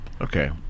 Okay